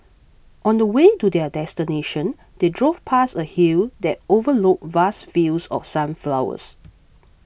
on the way to their destination they drove past a hill that overlooked vast fields of sunflowers